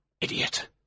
idiot